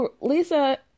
Lisa